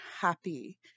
happy